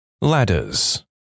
Ladders